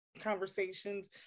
conversations